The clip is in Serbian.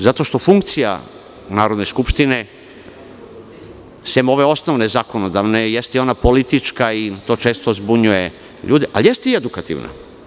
To je dobro zato što funkcija Narodne skupštine sem ove osnovne zakonodavne jeste i ona politička i to često zbunjuje ljude, ali jeste i edukativna.